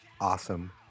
awesome